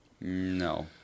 No